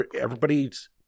Everybody's